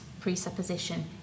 presupposition